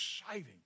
exciting